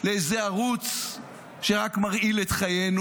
לאיזה ערוץ שרק מרעיל את חיינו.